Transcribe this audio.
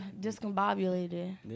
discombobulated